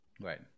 Right